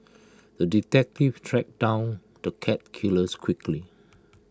the detective tracked down the cat killers quickly